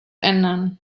ändern